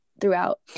throughout